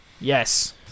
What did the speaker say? Yes